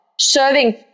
serving